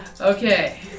Okay